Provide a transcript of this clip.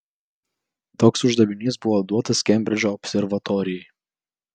toks uždavinys buvo duotas kembridžo observatorijai